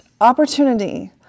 opportunity